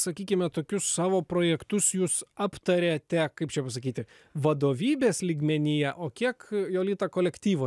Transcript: sakykime tokius savo projektus jūs aptariate kaip čia pasakyti vadovybės lygmenyje o kiek jolita kolektyvo